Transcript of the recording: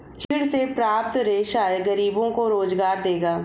चीड़ से प्राप्त रेशा गरीबों को रोजगार देगा